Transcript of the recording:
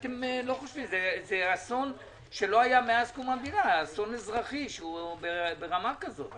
זה אסון אזרחי ברמה כזאת שלא היה מאז קום המדינה.